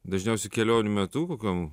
dažniausiai kelionių metu kokiam